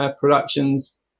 productions